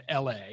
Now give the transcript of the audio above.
LA